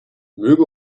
möge